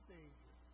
Savior